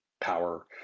power